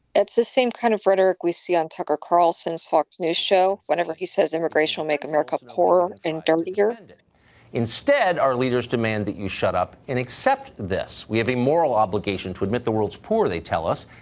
it's the same kind of rhetoric we see on tucker carlson is fox news show whenever he says immigration make america poor and dirtier instead, our leaders demand that you shut up and accept this. we have a moral obligation to admit the world's poor they tell us,